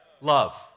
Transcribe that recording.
Love